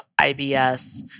IBS